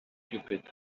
stupid